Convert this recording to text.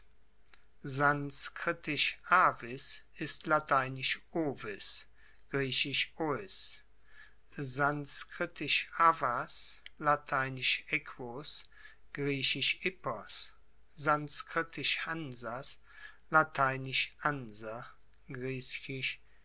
avis ist lateinisch ovis griechisch sanskritisch avas lateinisch equus griechisch sanskritisch hansas lateinisch